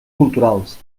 culturals